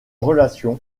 relation